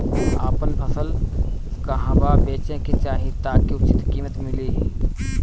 आपन फसल कहवा बेंचे के चाहीं ताकि उचित कीमत मिली?